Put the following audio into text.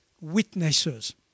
witnesses